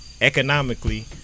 Economically